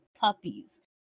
puppies